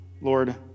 Lord